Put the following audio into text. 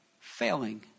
failing